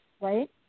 right